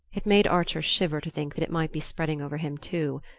it made archer shiver to think that it might be spreading over him too.